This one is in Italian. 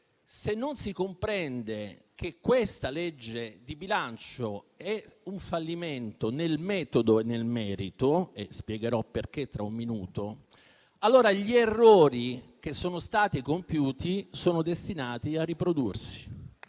se non si comprende che questa legge di bilancio è un fallimento nel metodo e nel merito (spiegherò perché tra un minuto), allora gli errori che sono stati compiuti sono destinati a riprodursi.